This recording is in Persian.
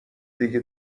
دیگه